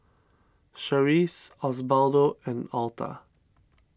Charisse Osbaldo and Alta